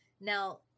Now